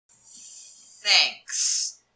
Thanks